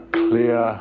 clear